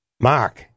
Mark